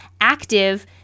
active